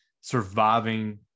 surviving